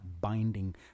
binding